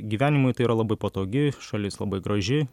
gyvenimui tai yra labai patogi šalis labai graži